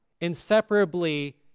inseparably